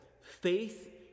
Faith